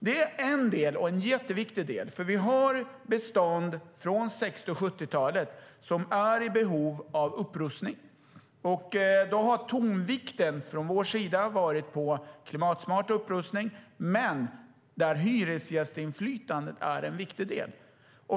Det är en jätteviktig del, för vi har bestånd från 60 och 70-talen som är i behov av upprustning, och då har tonvikten från vår sida varit på klimatsmart upprustning där hyresgästinflytandet är en viktig del.